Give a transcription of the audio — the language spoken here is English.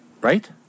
right